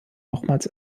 nochmals